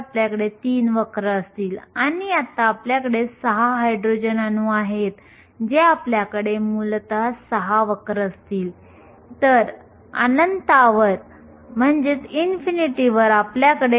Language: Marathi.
आपण ही गणना सिलिकॉनसाठी करू शकतो जिथे आपल्याला आढळले की λ हे अंदाजे 1000 नॅनोमीटर आहे आणि हे IR क्षेत्रामध्ये पसरलेले असते